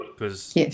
Yes